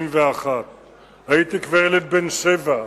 1951. הייתי כבר ילד בן שבע אז,